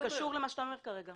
זה קשור למה שאתה אומר כרגע.